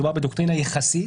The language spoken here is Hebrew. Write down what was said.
מדובר בדוקטרינה יחסית,